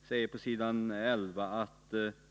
Vi säger på s.